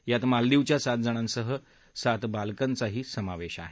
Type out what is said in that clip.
यात मालदीवच्या सात जणांसह सात बालकांचाही समावेश आहे